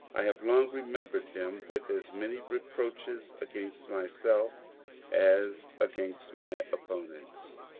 i have long remembered them with as many reproaches against myself as against my opponents.